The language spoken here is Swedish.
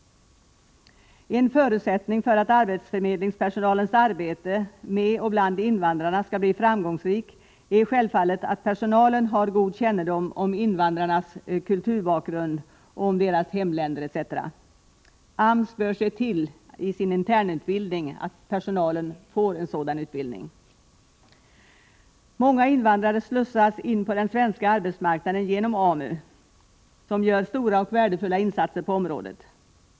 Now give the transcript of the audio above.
En förutsättning för att arbetsförmedlingspersonalens arbete med och bland invandrarna skall bli framgångsrikt är självfallet att personalen har god kännedom om invandrarnas kulturbakgrund och om deras hemländer etc. AMS bör se till i sin internutbildning att personalen får sådan utbildning. Många invandrare slussas in på den svenska arbetsmarknaden genom AMU, som gör stora och värdefulla insatser på området.